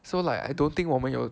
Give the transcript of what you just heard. so like I don't think 我们有